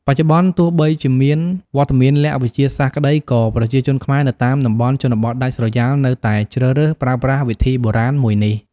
បច្ចុប្បន្នទោះបីជាមានវត្តមានល័ក្តវិទ្យាសាស្ត្រក្ដី ក៏ប្រជាជនខ្មែរនៅតាមតំបន់ជនបទដាច់ស្រយាលនៅតែជ្រើសរើសប្រើប្រាស់វិធីបុរាណមួយនេះ